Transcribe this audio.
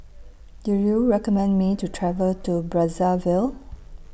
Do YOU recommend Me to travel to Brazzaville